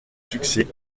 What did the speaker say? succès